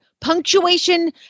Punctuation